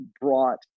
brought